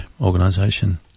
organization